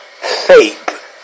faith